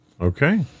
okay